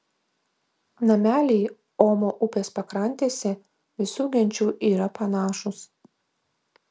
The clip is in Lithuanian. nameliai omo upės pakrantėse visų genčių yra panašūs